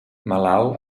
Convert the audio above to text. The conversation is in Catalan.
malalt